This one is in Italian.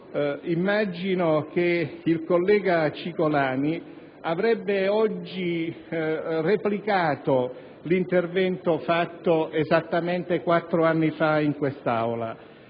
Immagino che il collega Cicolani avrebbe oggi replicato l'intervento fatto esattamente quattro anni fa in quest'Aula.